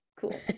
cool